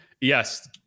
yes